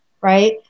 Right